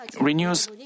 renews